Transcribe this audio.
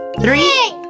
Three